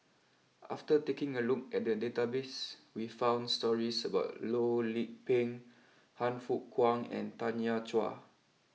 after taking a look at the database we found stories about Loh Lik Peng Han Fook Kwang and Tanya Chua